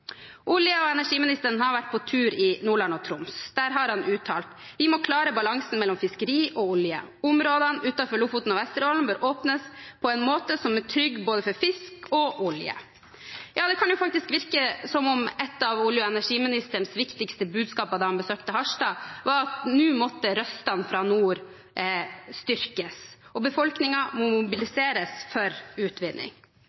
Olje- og energiministeren har vært på tur i Nordland og Troms. Der har han uttalt: «Vi må klare balansen mellom fiskeri og olje. Områdene utenfor Vesterålen og Lofoten bør åpnes på en måte som er trygg både for fiske og olja.» Det kan faktisk virke som om et av olje- og energiministerens viktigste budskaper da han besøkte Harstad, var at nå måtte røstene fra nord styrkes, og at befolkninga